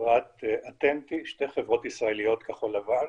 חברת אטנטי, שתי חברות ישראליות כחול-לבן.